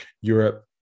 Europe